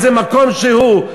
באיזה מקום שהוא,